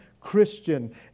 Christian